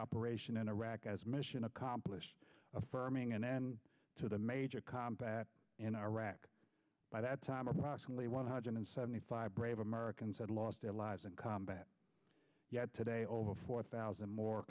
operation in iraq as mission accomplished affirming an end to the major combat in iraq by that time approximately one hundred and seventy five brave americans had lost their lives in combat today over four thousand